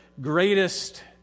greatest